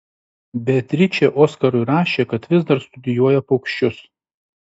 beatričė oskarui rašė kad vis dar studijuoja paukščius